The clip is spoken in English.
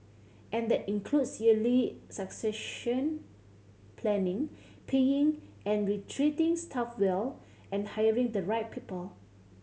and that includes early succession planning paying and retreating staff well and hiring the right people